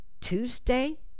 Tuesday